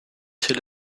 till